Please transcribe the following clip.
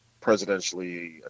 presidentially